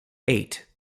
eight